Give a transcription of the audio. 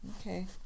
Okay